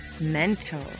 mental